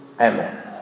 Amen